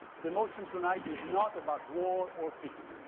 the motion tonight is not about war or peace,